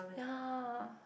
ya